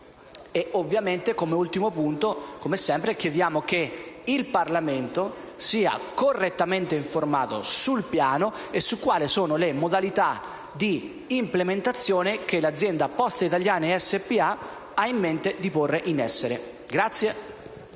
mercato. Come ultimo punto, come sempre, chiediamo che il Parlamento sia correttamente informato sul piano e su quali sono le modalità di implementazione che l'azienda Poste italiane SpA ha in mente di porre in essere.